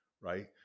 right